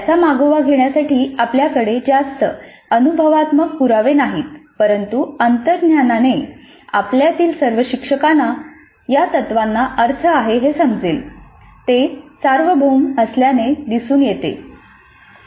त्याचा मागोवा घेण्यासाठी आपल्याकडे जास्त अनुभवात्मक पुरावे नाहीत परंतु अंतर्ज्ञानाने आपल्यातील सर्व शिक्षकांना या तत्त्वांना अर्थ आहे हे समजेल ते सार्वभौम असल्याचे दिसून येते